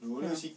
ya